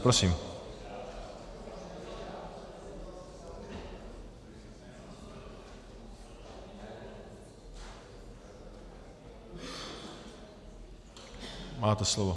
Prosím máte slovo.